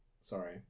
sorry